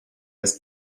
his